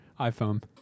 iPhone